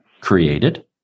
created